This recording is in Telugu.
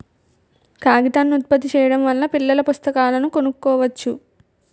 కాగితాన్ని ఉత్పత్తి చేయడం వల్ల పిల్లల పుస్తకాలను కొనుక్కోవచ్చు